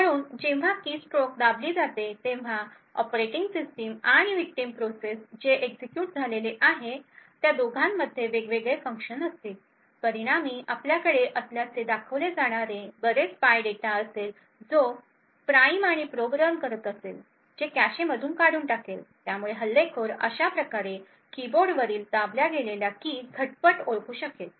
म्हणून जेव्हा कीस्ट्रोक दाबली जाते तेव्हा ऑपरेटिंग सिस्टीम आणि विक्टिम प्रोसेस जे एक्झिक्युट झालेले आहे त्या दोघांमध्ये वेगवेगळे फंक्शन असतील परिणामी आपल्याकडे असल्याचे दाखवले जाणारे बरेच स्पाय डेटा असेल जो प्राइम आणि प्रोब रन करत असेल जे कॅशेमधून काढून टाकेल त्यामुळे हल्लेखोर अशा प्रकारे कीबोर्डवरील दाबल्या गेलेल्या की झटपट ओळखू शकेल